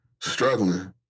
Struggling